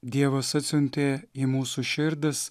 dievas atsiuntė į mūsų širdis